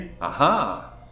Aha